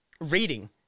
reading